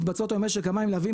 כשהוא היה מנכ"ל המשרד למשאבי מים,